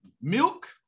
milk